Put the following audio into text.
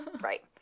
Right